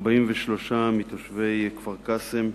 43 מתושבי כפר-קאסם.